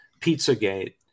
Pizzagate